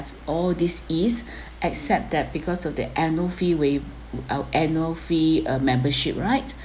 all this ease except that because of the annual fee waive uh annual fee uh membership right